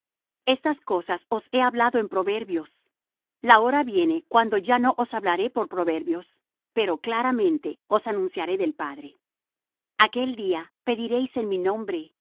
estas cosas os he hablado en proverbios la hora viene cuando ya no os hablaré por proverbios pero claramente os anunciaré del padre aquel día pediréis en mi nombre